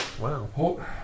Wow